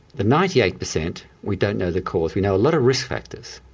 the ninety eight percent we don't know the cause, we know a lot of risk factors,